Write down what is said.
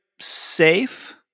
safe